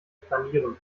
flanieren